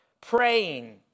praying